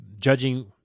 judging